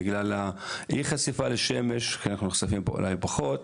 בגלל אי חשיפה לשמש כי אנחנו נחשפים אולי פחות.